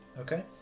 Okay